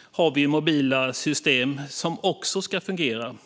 har vi mobila system som ska fungera.